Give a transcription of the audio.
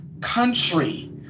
country